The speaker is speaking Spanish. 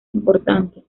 importantes